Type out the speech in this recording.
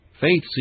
Faith